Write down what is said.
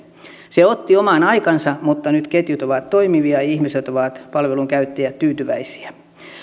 se otti oman aikansa mutta nyt ketjut ovat toimivia ja ihmiset ovat palvelun käyttäjinä tyytyväisiä